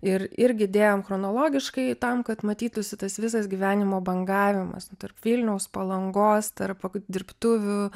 ir irgi dėjom chronologiškai tam kad matytųsi tas visas gyvenimo bangavimas tarp vilniaus palangos tarp dirbtuvių